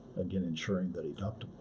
again, ensuring the deductible.